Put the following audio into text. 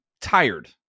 tired